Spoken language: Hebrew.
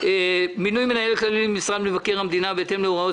מינוי מנהל כללי למשרד מבקר המדינה בהתאם להוראות